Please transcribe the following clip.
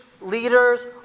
leaders